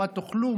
מה תאכלו,